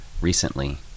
recently